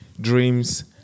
dreams